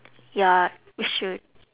ya you should